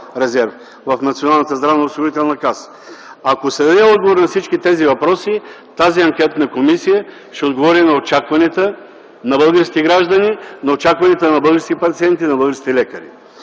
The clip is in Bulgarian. в Националната здравноосигурителна каса. Ако се даде отговор на всички тези въпроси, тази анкетна комисия ще отговори на очакванията на българските граждани, на очакванията на българските пациенти и българските лекари.